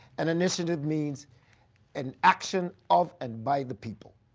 and initiative means an action of and by the people.